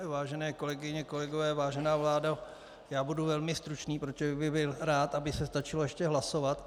Vážené kolegyně a kolegové, vážená vládo, budu velmi stručný, protože bych byl rád, aby se stačilo ještě hlasovat.